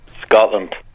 Scotland